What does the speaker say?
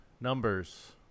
numbers